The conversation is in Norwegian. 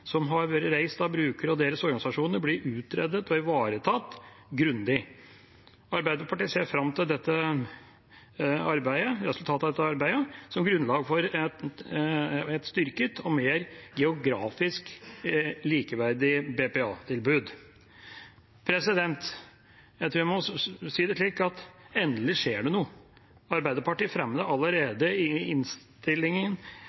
som har vært reist av brukere og deres organisasjoner, blir utredet og ivaretatt grundig. Arbeiderpartiet ser fram til resultatet av dette arbeidet som grunnlag for et styrket og mer geografisk likeverdig BPA-tilbud. Jeg tror jeg må si det slik: Endelig skjer det noe. Arbeiderpartiet